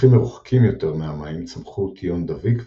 בשטחים מרוחקים יותר מהמים צמחו טיון דביק וסמר,